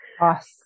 awesome